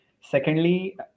Secondly